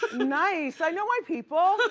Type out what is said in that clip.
nice, i know my people.